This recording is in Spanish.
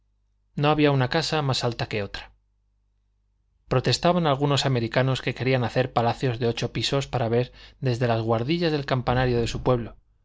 no había una casa más alta que otra protestaban algunos americanos que querían hacer palacios de ocho pisos para ver desde las guardillas el campanario de su pueblo